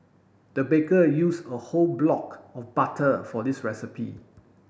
the baker use a whole block of butter for this recipe